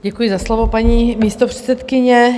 Děkuji za slovo, paní místopředsedkyně.